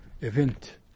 event